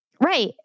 Right